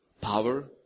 power